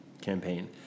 campaign